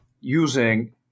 using